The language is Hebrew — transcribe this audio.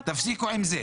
תפסיקו עם זה.